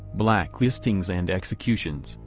blacklistings and executions,